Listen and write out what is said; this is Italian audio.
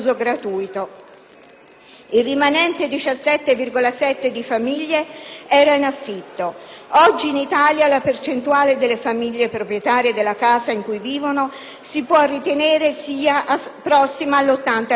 il rimanente 17,7 per cento di famiglie era in affitto. Oggi in Italia la percentuale delle famiglie proprietarie della casa in cui vivono si può ritenere sia prossima all'80